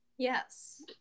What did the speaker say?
Yes